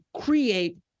create